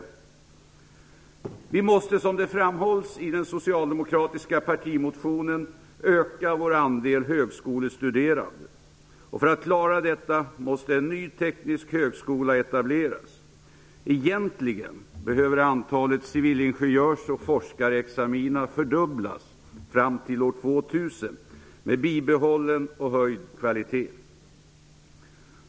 Vi måste, som det framhålls i den socialdemokratiska partimotionen, öka vår andel högskolestuderande. För att klara detta måste en ny teknisk högskola etableras. Egentligen behöver antalet civilingenjörs och forskarexamina fördubblas fram till år 2000 med bibehållen och höjd kvalitet.